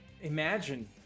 imagine